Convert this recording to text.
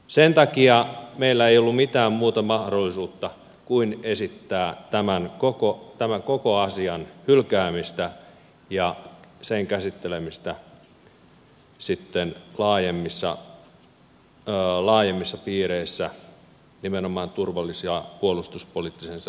sen takia meillä ei ollut mitään muuta mahdollisuutta kuin esittää tämän koko asian hylkäämistä ja sen käsittelemistä sitten laajemmissa piireissä nimenomaan turvallisuus ja puolustuspoliittisen selonteon yhteydessä